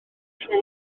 trowch